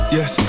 Yes